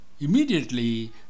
Immediately